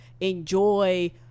enjoy